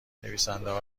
نویسندهها